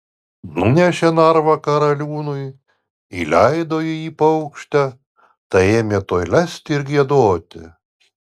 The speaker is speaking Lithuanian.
nunešė narvą karaliūnui įleido į jį paukštę ta ėmė tuoj lesti ir giedoti